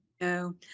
No